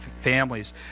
families